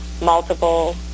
multiple